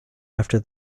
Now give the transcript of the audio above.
after